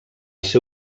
ser